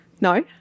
No